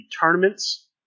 tournaments